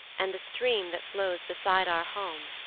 and the stream that flows beside our home,